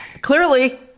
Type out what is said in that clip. Clearly